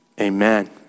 Amen